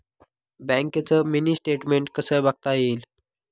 बँकेचं mini statement कसं बघता येईल?